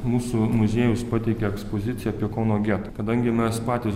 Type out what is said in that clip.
mūsų muziejus pateikė ekspozicija apie kauno getą kadangi mes patys